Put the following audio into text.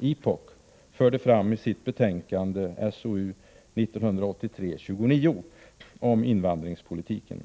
IPOK, förde fram i sitt betänkande, SOU 1983:29, om invandringspolitiken.